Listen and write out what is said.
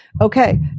Okay